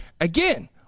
Again